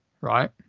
right